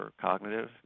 Cognitive